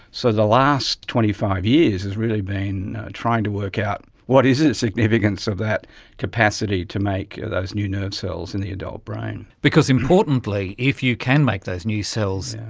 so the last twenty five years has really been trying to work out what is is the significance of that capacity to make those new nerve cells in the adult brain. because importantly if you can make those new cells,